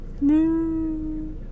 No